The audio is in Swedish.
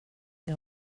jag